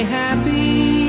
happy